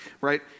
right